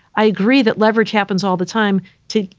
i agree that leverage happens all the time to.